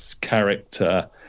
character